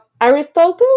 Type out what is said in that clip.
Aristotle